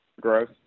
gross